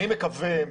אני מקווה,